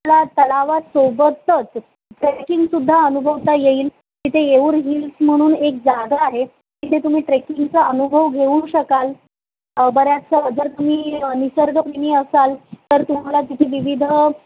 त्या तलावसोबतच ट्रेकिंगसुद्धा अनुभवता येईल तिथे येवूर हिल्स म्हणून एक जागा आहे तिथे तुम्ही ट्रेकिंगचा अनुभव घेऊ शकाल बऱ्याचसा जर तुम्ही निसर्ग प्रेमी असाल तर तुम्हाला तिथे विविध